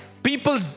People